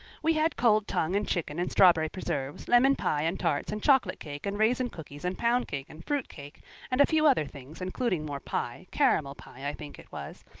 we had cold tongue and chicken and strawberry preserves, lemon pie and tarts and chocolate cake and raisin cookies and pound cake and fruit cake and a few other things, including more pie caramel pie, i think it was.